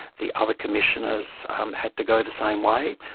the other commissioners had to go the same way,